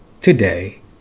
today